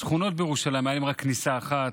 לשכונות בירושלים הייתה רק כניסה אחת,